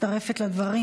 מצטרפת לדברים.